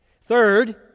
Third